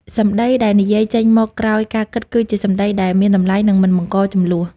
សម្ដីដែលនិយាយចេញមកក្រោយការគិត គឺជាសម្ដីដែលមានតម្លៃ និងមិនបង្កជម្លោះ។